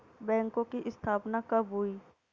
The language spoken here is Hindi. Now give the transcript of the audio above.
बैंकों की स्थापना कब हुई?